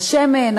השמן,